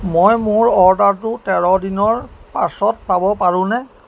মই মোৰ অৰ্ডাৰটো তেৰ দিনৰ পাছত পাব পাৰোঁনে